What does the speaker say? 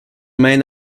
main